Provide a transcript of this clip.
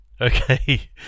okay